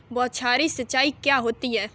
बौछारी सिंचाई क्या होती है?